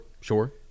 sure